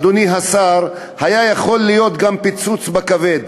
אדוני השר, היה יכול להיות גם פיצוץ בכבד.